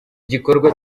gikorwa